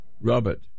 Robert